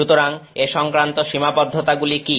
সুতরাং এ সংক্রান্ত সীমাবদ্ধতাগুলি কি